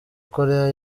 koreya